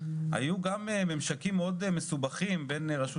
היו גם ממשקים מסובכים מאוד בין רשות